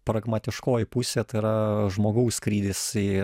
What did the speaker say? pragmatiškoji pusė tai yra žmogaus skrydis į